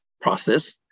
process